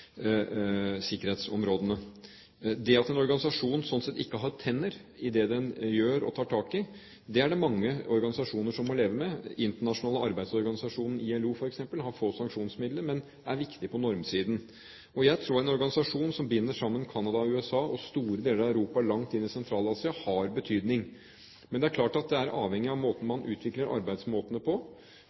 sikkerhetsområdene. Det at en organisasjon ikke har tenner i det den gjør og tar tak i, det er det mange organisasjoner som må leve med. Den internasjonale arbeidsorganisasjonen ILO, f.eks., har få sanksjonsmidler, men er viktig på normsiden. Jeg tror at en organisasjon som binder sammen Canada og USA, store deler av Europa og langt inn i Sentral-Asia, har betydning. Men det er klart at det er avhengig av måten man utvikler arbeidsmåtene på.